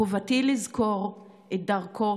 חובתי לזכור את דרכו